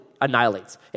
annihilates